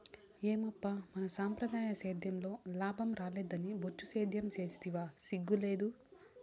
ఏమప్పా మన సంప్రదాయ సేద్యంలో లాభం రాలేదని బొచ్చు సేద్యం సేస్తివా సిగ్గు లేదూ